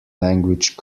language